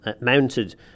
mounted